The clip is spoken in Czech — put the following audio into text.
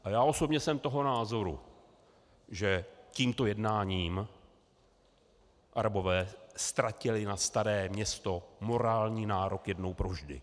A já osobně jsem toho názoru, že tímto jednáním Arabové ztratili na Staré Město morální nárok jednou provždy.